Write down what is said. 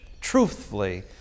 truthfully